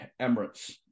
Emirates